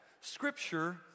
Scripture